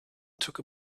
took